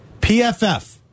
PFF